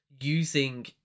using